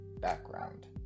background